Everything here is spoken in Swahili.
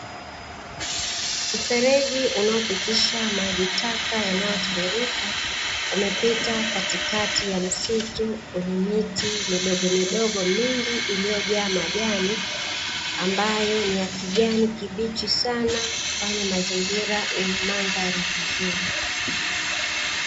Mfereji unaopitisha maji taka yanayotiririka umepita katikati ya msitu wenye miti midogomidogo mingi, iliyojaa majani amabayo ni ya kijani kibichi sana kufanya mazingira yenye mandhari nzuri.